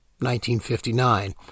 1959